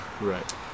right